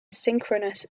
synchronous